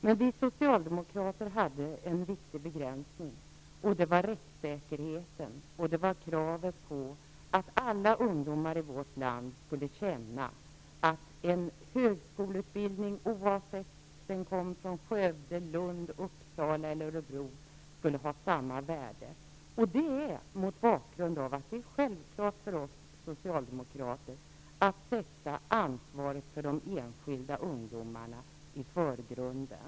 Men vi socialdemokrater hade en viktig begränsning, nämligen rättssäkerheten och kravet på att alla ungdomar i vårt land skulle känna att en högskoleutbildning -- Uppsala eller Örebro -- skulle ha samma värde. Det är självklart för oss socialdemokrater att sätta ansvaret för de enskilda ungdomarna i förgrunden.